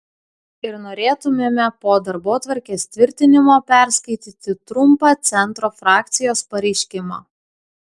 ir norėtumėme po darbotvarkės tvirtinimo perskaityti trumpą centro frakcijos pareiškimą